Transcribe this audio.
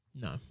No